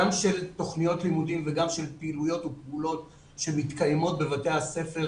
גם של תוכניות לימודים וגם של פעילויות ופעולות שמתקיימות בבתי הספר,